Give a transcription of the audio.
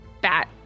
bat